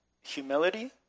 humility